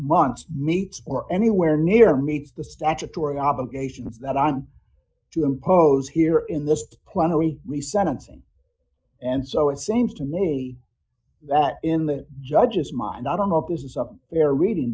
months meets or anywhere near meets the statutory obligations that i'm to impose here in this plenary the sentencing and so it seems to me that in the judge's mind i don't know if this is up there reading